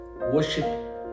worship